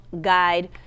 guide